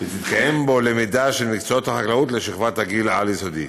ותתקיים בו למידה של מקצועות החקלאות לשכבת הגיל העל-יסודית.